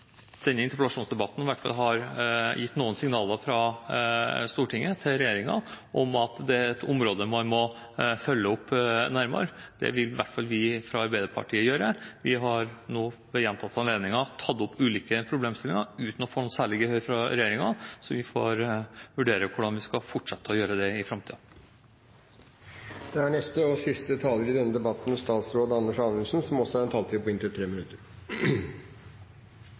denne interpellasjonsdebatten i hvert fall har gitt noen signaler fra Stortinget til regjeringen om at dette er et område man må følge opp nærmere. Det vil i hvert fall vi fra Arbeiderpartiet gjøre. Vi har nå ved gjentatte anledninger tatt opp ulike problemstillinger uten å få noe særlig gehør fra regjeringen, så vi får vurdere hvordan vi skal fortsette å gjøre det i framtiden. La meg først si at det er veldig positivt at virkelighetsoppfattelsen er ganske lik blant dem som har